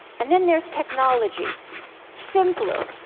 and then there's technology simpler,